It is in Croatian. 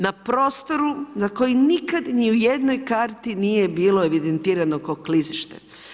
Na prostoru, na kojoj nikada ni u jednoj karti nije bilo evidentirano ko klizište.